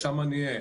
שם נהיה,